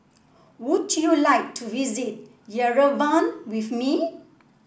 would you like to visit Yerevan with me